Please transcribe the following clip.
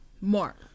Mark